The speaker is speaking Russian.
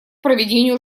проведению